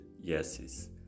yeses